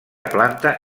planta